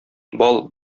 бал